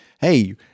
Hey